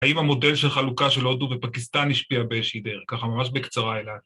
‫האם המודל של חלוקה של הודו ופקיסטן ‫השפיע באיזושהי דרך? ככה ממש בקצרה אלעד.